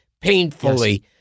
painfully